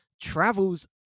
travels